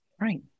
Right